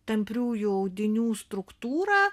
tampriųjų audinių struktūrą